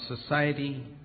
society